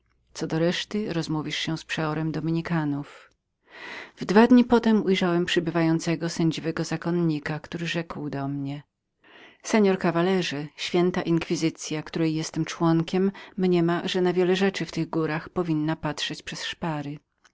co do reszty rozmówisz się z przeorem dominikanów we dwa dni potem ujrzałem przybywającego sędziwego zakonnika który rzekł do mnie seor caballero święta inkwizycya której jestem członkiem mniema że na wiele rzeczy w tych górach powinna patrzyć przez szpary